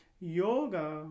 Yoga